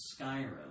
Skyrim